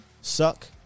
suck